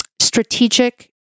strategic